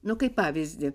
nu kaip pavyzdį